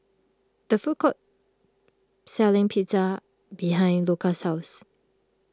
the food court selling Pizza behind Luka's house